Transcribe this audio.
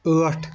ٲٹھ